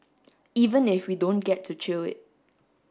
even if we don't get to chew it